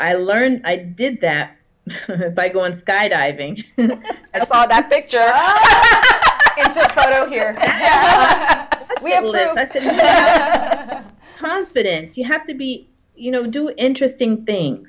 i learned i did that by going skydiving i saw that picture here we have a little that's a confidence you have to be you know do interesting thing